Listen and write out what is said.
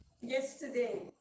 yesterday